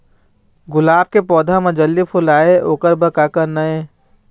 गुलाब के पौधा म जल्दी फूल आय ओकर बर का करना ये?